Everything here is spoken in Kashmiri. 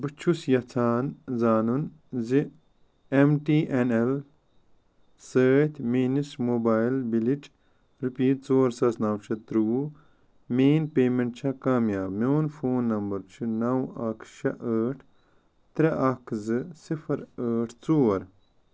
بہٕ چھُس یژھان زانُن زِ ایم ٹی این ایل سۭتۍ میٛٲنس موبایِل بِلِچ رُپیٖز ژور ساس نو شَتھ ترٛوٚوُہ میٛٲنۍ پیمٮ۪نٛٹ چھا کامیاب میون فون نمبر چھِ نَو اکھ شےٚ ٲٹھ ترےٚ اکھ زٕ صفر ٲٹھ ژور